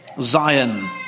Zion